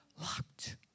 Locked